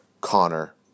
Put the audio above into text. Connor